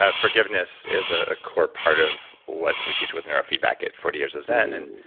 ah forgiveness is a core part of what we teach within our feedback at forty years of zen. and